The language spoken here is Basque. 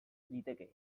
liteke